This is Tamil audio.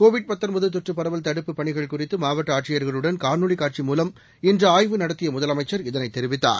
கோவிட் தொற்றுப் பரவல் தடுப்புப் பணிகள் குறித்து மாவட்ட ஆட்சியர்களுடன் காணொளிக் காட்சி மூலம் இன்று ஆய்வு நடத்திய முதலமைச்சர் இதனை தெரிவித்தார்